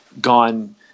gone